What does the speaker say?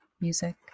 music